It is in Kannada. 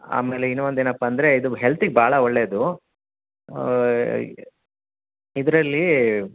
ಆಮೇಲೆ ಇನ್ನೂ ಒಂದು ಏನಪ್ಪ ಅಂದರೆ ಇದು ಹೆಲ್ತಿಗೆ ಭಾಳ ಒಳ್ಳೆಯದು ಇದ್ರಲ್ಲಿ